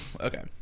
okay